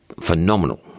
phenomenal